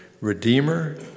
Redeemer